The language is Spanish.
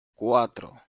cuatro